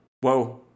whoa